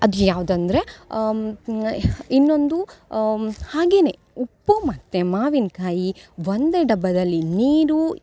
ಅದು ಯಾವುದಂದ್ರೆ ಇನ್ನೊಂದು ಹಾಗೆಯೇ ಉಪ್ಪು ಮತ್ತು ಮಾವಿನಕಾಯಿ ಒಂದೇ ಡಬ್ಬದಲ್ಲಿ ನೀರು